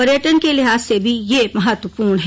पर्यटन के लिहाज से भी यह महत्वपूर्ण है